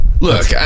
Look